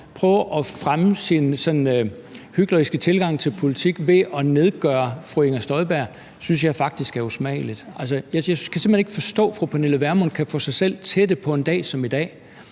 prøve at fremme sin sådan hykleriske tilgang til politik ved at nedgøre fru Inger Støjberg synes jeg faktisk er usmageligt. Altså, jeg kan simpelt hen ikke forstå, at fru Pernille Vermund kan få sig selv til det på en dag som i dag.